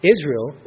Israel